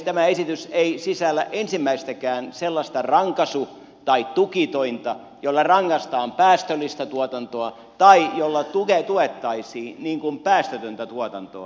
tämä esitys ei sisällä ensimmäistäkään sellaista rankaisu tai tukitointa jolla rangaistaan päästöllistä tuotantoa tai jolla tuettaisiin päästötöntä tuotantoa